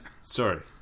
sorry